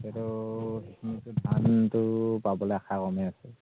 এইটো ধানটো পাবলে আশা কমেই আছে